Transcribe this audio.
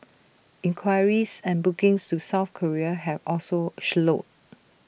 inquiries and bookings to south Korea have also slowed